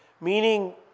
Meaning